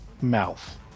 mouth